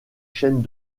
chaînes